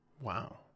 Wow